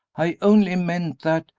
i only meant that,